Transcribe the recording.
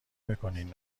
میکنین